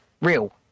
real